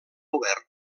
obert